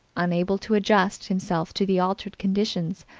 unable to adjust himself to the altered conditions,